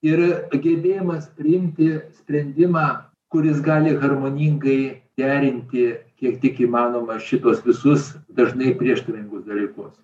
ir gebėjimas priimti sprendimą kuris gali harmoningai derinti kiek tik įmanoma šituos visus dažnai prieštaringus dalykus